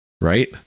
right